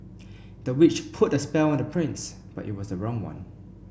the witch put spell on the prince but it was the wrong one